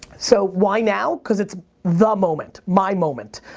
so why now? cause it's the moment, my moment.